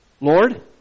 Lord